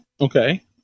okay